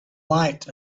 light